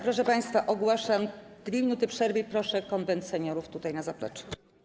Proszę państwa, ogłaszam 2 minuty przerwy i proszę Konwent Seniorów tutaj, na zaplecze.